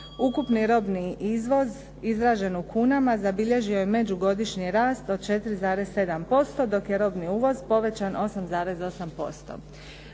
Ukupni robni izvoz izražen u kunama zabilježio je međugodišnji rast od 4,7%, dok je robni uvoz povećan 8,8%.